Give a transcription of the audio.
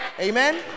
Amen